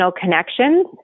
connections